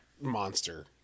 monster